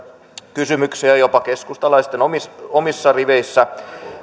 kysymyksiä jopa keskustalaisten omissa omissa riveissä